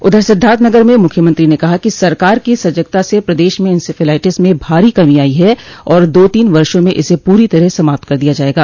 उधर सिद्वार्थनगर में मुख्यमंत्री ने कहा कि सरकार की सजगता से प्रदेश में इंसफ्लाईटिस में भारी कमी आई है और दो तीन वर्षो में इस पूरी तरह समाप्त कर दिया जायेगा